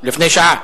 לפני שעה.